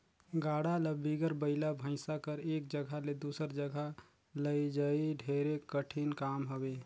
गाड़ा ल बिगर बइला भइसा कर एक जगहा ले दूसर जगहा लइजई ढेरे कठिन काम हवे